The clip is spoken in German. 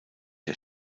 der